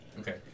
Okay